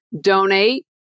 donate